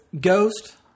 Ghost